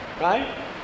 Right